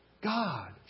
God